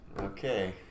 Okay